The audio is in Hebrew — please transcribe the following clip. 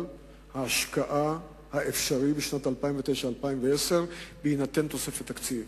ההשקעה האפשרי לשנת 2009/10 בהינתן תוספת תקציב.